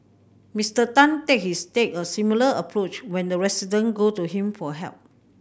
Mister Tan said he's take a similar approach when the resident go to him for help